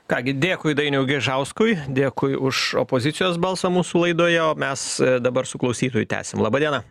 ką gi dėkui dainiau gaižauskui dėkui už opozicijos balsą mūsų laidoje o mes dabar su klausytoju tęsim laba diena